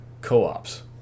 co-ops